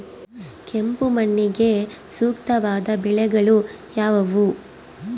ಕೆಂಪು ಮಣ್ಣಿಗೆ ಸೂಕ್ತವಾದ ಬೆಳೆಗಳು ಯಾವುವು?